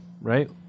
right